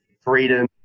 Freedom